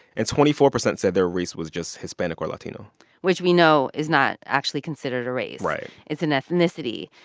and twenty four percent said their race was just hispanic or latino which we know is not actually considered a race right it's an ethnicity.